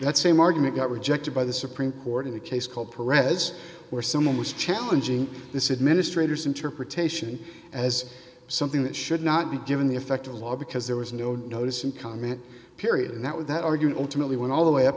that same argument got rejected by the supreme court in a case called prez where someone was challenging this administrator center protg sion as something that should not be given the effect of law because there was no notice and comment period and that was that argument intimately with all the way up